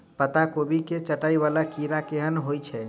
पत्ता कोबी केँ चाटय वला कीड़ा केहन होइ छै?